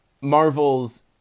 Marvel's